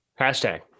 Hashtag